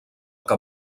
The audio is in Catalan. que